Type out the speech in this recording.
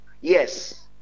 Yes